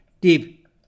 Deep